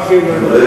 מה,